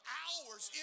hours